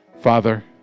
Father